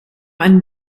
einen